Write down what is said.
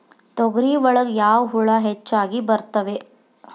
ತೊಗರಿ ಒಳಗ ಯಾವ ಹುಳ ಹೆಚ್ಚಾಗಿ ಬರ್ತವೆ?